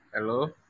Hello